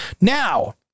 Now